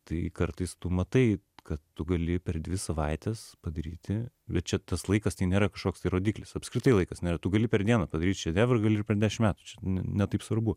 tai kartais tu matai kad tu gali per dvi savaites padaryti bet čia tas laikas tai nėra kažkoks tai rodiklis apskritai laikas nėra tu gali per dieną padaryti šedevrą gali per dešim metų čia ne taip svarbu